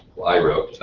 well i wrote,